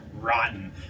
rotten